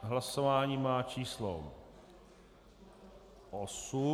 Hlasování má číslo 8.